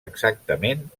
exactament